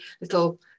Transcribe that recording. little